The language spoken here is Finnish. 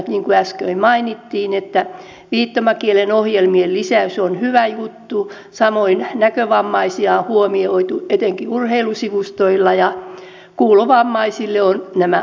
niin kuin äsken mainittiin viittomakielisten ohjelmien lisäys on hyvä juttu samoin näkövammaisia on huomioitu etenkin urheilusivustoilla ja kuulovammaisille on nämä uutiset